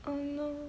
oh no